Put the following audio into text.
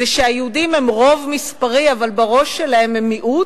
שהיהודים הם רוב מספרי אבל בראש שלהם הם מיעוט,